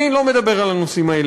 אני לא מדבר על הנושאים האלה.